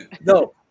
no